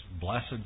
blessed